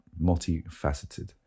multifaceted